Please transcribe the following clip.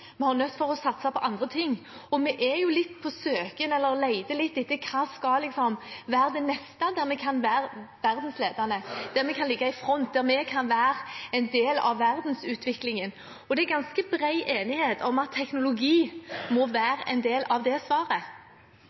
vi at vi er nødt til å se bredere, vi er nødt til å satse på andre ting. Vi er litt på søken eller leter litt etter hva som skal være det neste der vi kan være verdensledende, der vi kan ligge i front, der vi kan være en del av verdensutviklingen. Det er ganske bred enighet om at teknologi må være en del av det svaret.